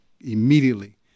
immediately